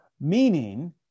Meaning